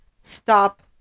stop